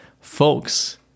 Folks